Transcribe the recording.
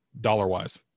Dollar-wise